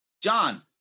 John